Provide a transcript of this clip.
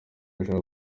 ashaka